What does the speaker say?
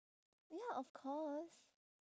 ya of course